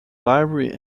library